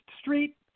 Street